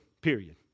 Period